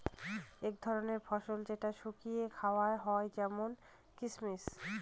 এক ধরনের ফল যেটা শুকিয়ে খাওয়া হয় যেমন কিসমিস